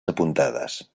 apuntades